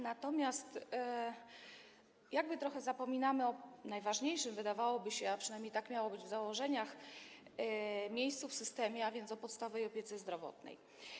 Natomiast trochę zapominamy o najważniejszym - wydawałoby się, a przynajmniej tak miało być w założeniach - miejscu w systemie, a więc o podstawowej opiece zdrowotnej.